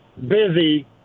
busy